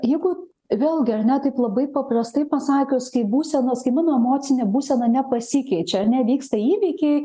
jeigu vėlgi ar ne taip labai paprastai pasakius kai būsenos kai mano emocinė būsena nepasikeičia ane vyksta įvykiai